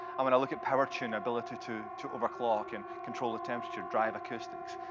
and when i look at power to and ability to to overclock and control the temperature, drive acoustics.